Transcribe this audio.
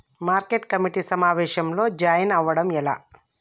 Market committee సమావేశంలో join అవ్వడం ఎలా?